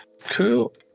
cool